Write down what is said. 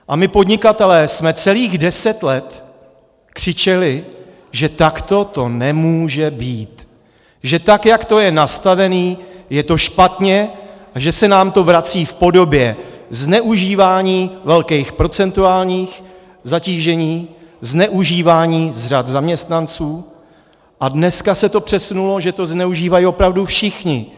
A my podnikatelé jsme celých deset let křičeli, že takto to nemůže být, že tak jak to je nastavený, je to špatně, a že se nám to vrací v podobě zneužívání velkých procentuálních zatížení, zneužívání z řad zaměstnanců a dneska se to přesunulo, že to zneužívají opravdu všichni!